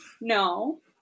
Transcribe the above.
no